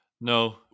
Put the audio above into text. no